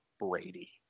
Brady